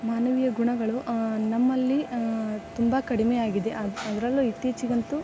ಮಾನವೀಯ ಗುಣಗಳು ನಮ್ಮಲ್ಲಿ ತುಂಬ ಕಡಿಮೆ ಆಗಿದೆ ಅದರಲ್ಲೂ ಇತ್ತೀಚೆಗಂತೂ